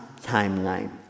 timeline